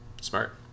Smart